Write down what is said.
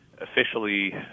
officially